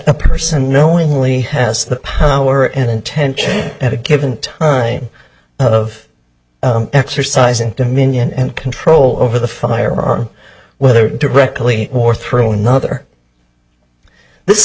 the person knowingly has the power and intention at a given time of exercising dominion and control over the firearm whether directly or through another this